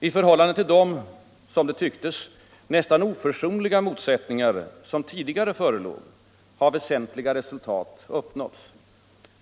I förhållande till de, som det tycktes, nästan oförsonliga motsättningar som tidigare förelåg har väsentliga resultat uppnåtts.